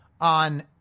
on